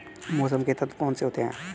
मौसम के तत्व कौन कौन से होते हैं?